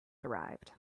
arrived